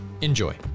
enjoy